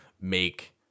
make